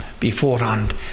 beforehand